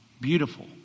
beautiful